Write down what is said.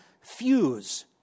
fuse